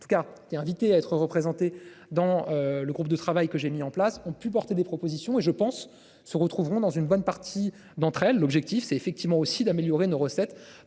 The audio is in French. En tout cas est invitée à être représentés dans le groupe de travail que j'ai mis en place ont pu porter des propositions et je pense se retrouveront dans une bonne partie d'entre elles, l'objectif c'est effectivement aussi d'améliorer nos recettes